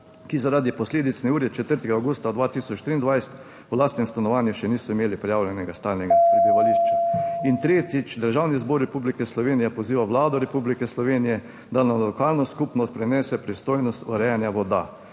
ki zaradi posledic neurja 4. avgusta 2023, v lastnem stanovanju še niso imeli prijavljenega stalnega prebivališča. In tretjič, Državni zbor Republike Slovenije poziva Vlado Republike Slovenije, da na lokalno skupnost prenese pristojnost urejanja voda.